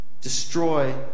Destroy